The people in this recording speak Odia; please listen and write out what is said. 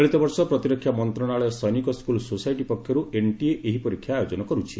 ଚଳିତବର୍ଷ ପ୍ରତିରକ୍ଷା ମନ୍ତଶାଳୟ ସୈନିକ ସ୍କୁଲ ସୋସାଇଟି ପକ୍ଷର୍ଠ ଏନ୍ଟିଏ ଏହି ପରୀକ୍ଷା ଆୟୋଜନ କରୁଛି